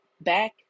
back